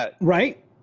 Right